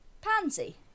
Pansy